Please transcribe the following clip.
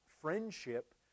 friendship